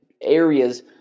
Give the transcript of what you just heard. areas